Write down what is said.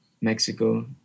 Mexico